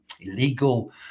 illegal